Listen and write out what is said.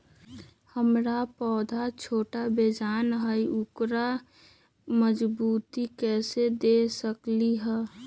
हमर पौधा छोटा बेजान हई उकरा मजबूती कैसे दे सकली ह?